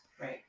Right